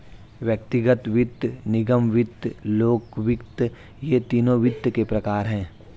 व्यक्तिगत वित्त, निगम वित्त, लोक वित्त ये तीनों वित्त के प्रकार हैं